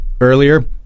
earlier